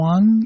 One